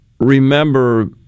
remember